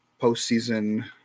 postseason